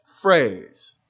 phrase